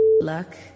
Luck